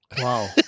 Wow